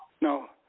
No